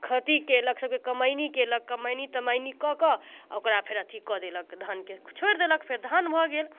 खैती कैलक सभके कमैनी कैलक कमैनी तमैनी कऽ कऽ ओकरा फेर अथी कऽ देलक धानके छोड़ि देलक फेर धान भऽ गेल